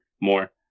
more